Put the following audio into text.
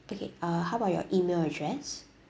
okay uh how about your email address